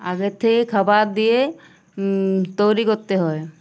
আগের থেকে খাবার দিয়ে তৈরি করতে হয়